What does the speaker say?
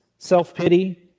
self-pity